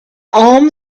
arm